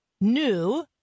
new